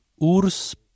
urs